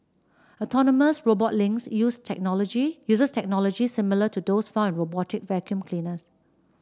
autonomous robot Lynx use technology uses technology similar to those found in robotic vacuum cleaners